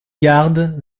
gardes